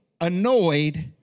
annoyed